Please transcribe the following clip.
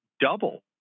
double